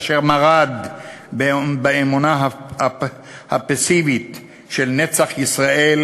אשר מָרד באמונה הפסיבית של נצח ישראל,